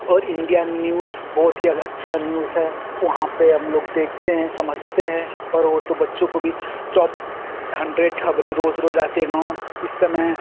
और India news बहुत ही अच्छा न्यूज़ है वहाँ पर हमलोग देखते हैं समझते हैं और वह तो बच्चों को भी टॉप हन्ड्रेड ख़बरें रोज़ रोज़ आती हैं गाँव इस समय